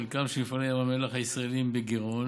חלקם של מפעלי ים המלח הישראליים בגירעון